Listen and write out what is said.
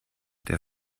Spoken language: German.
der